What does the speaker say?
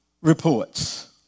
reports